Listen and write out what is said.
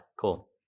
cool